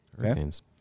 Hurricanes